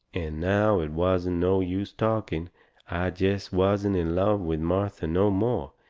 and now it wasn't no use talking i jest wasn't in love with martha no more,